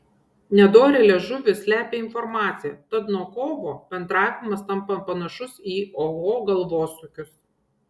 nedorėlės žuvys slepia informaciją tad nuo kovo bendravimas tampa panašus į oho galvosūkius